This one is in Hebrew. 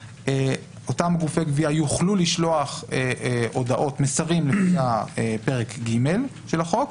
אותם גופי גבייה יוכלו לשלוח מסרים לפי פרק ג' של החוק,